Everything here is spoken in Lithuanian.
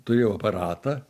turėjau aparatą